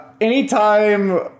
Anytime